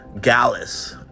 Gallus